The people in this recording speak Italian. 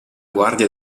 guardia